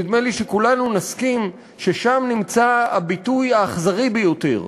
נדמה לי שכולנו נסכים ששם נמצא הביטוי האכזרי ביותר: